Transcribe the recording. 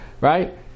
right